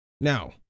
Now